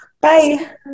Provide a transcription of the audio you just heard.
bye